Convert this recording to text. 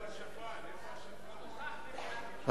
להצביע.